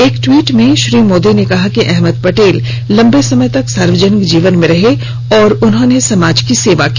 एक ट्वीट में श्री मोदी ने कहा कि अहमद पटेल लंबे समय तक सार्वजनिक जीवन में रहे और समाज की सेवा की